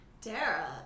Dara